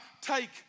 take